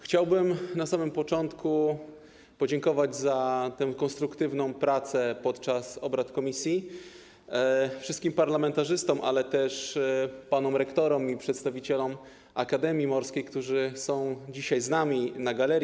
Chciałbym na samym początku podziękować za konstruktywną pracę podczas obrad komisji wszystkim parlamentarzystom, jak również panom rektorom i przedstawicielom Akademii Morskiej, którzy są dzisiaj z nami tutaj, na galerii.